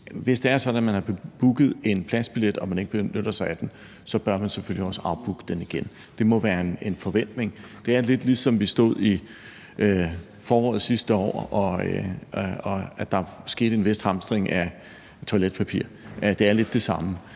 Hvis det er sådan, at man har booket en pladsbillet og ikke benytter sig af den, bør man selvfølgelig afbooke den. Det må der være en forventning om. Det er lidt, ligesom da vi i foråret sidste år så, at der skete en vist hamstring af toiletpapir. Det er lidt det samme.